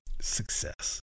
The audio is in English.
Success